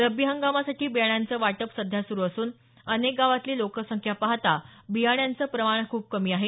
रब्बी हंगामासाठी बियाण्याचं वाटप सध्या सुरु असुन अनेक गावातली लोकसंख्या पाहता बियाण्यांचं प्रमाण खूप कमी आहे